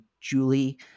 Julie